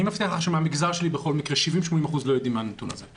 אני מבטיח לך שבמגזר שלי 70% 80% לא יודעים את הכלל הזה,